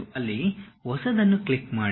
ಅಲ್ಲಿ ಹೊಸದನ್ನು ಕ್ಲಿಕ್ ಮಾಡಿ